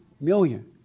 million